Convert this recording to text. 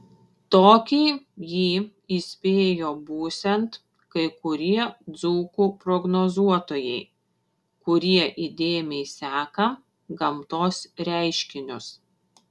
tokį jį įspėjo būsiant kai kurie dzūkų prognozuotojai kurie įdėmiai seka gamtos reiškinius